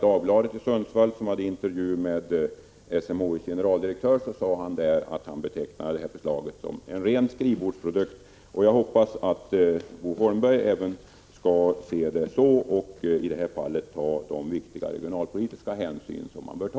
Dagbladet i Sundsvall hade intervjuat SMHI:s generaldirektör, som betecknar detta förslag som en ren skrivbordsprodukt. Jag hoppas att även Bo Holmberg skall se det så och ta de viktiga regionalpolitiska hänsyn man bör ta.